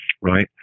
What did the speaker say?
right